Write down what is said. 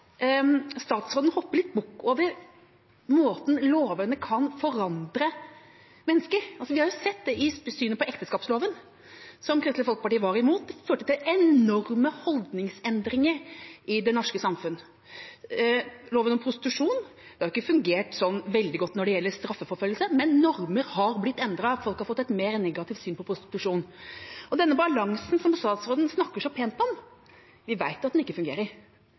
statsråden hopper litt bukk over måten lovene kan forandre mennesker på. Vi har jo sett det i synet på ekteskapsloven, som Kristelig Folkeparti var imot. Den førte til enorme holdningsendringer i det norske samfunnet. Loven om prostitusjon har ikke fungert så veldig godt når det gjelder straffeforfølgelse, men normer har blitt endret, og folk har fått et mer negativt syn på prostitusjon. Denne balansen som statsråden snakker så pent om, vet vi at ikke fungerer.